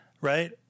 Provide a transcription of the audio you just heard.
Right